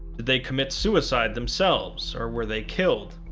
they commit suicide themselves or were they killed?